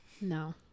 No